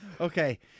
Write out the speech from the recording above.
okay